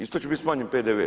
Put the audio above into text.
Isto će biti smanjen PDV.